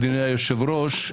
אדוני היושב-ראש,